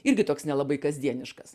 irgi toks nelabai kasdieniškas